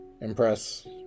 impress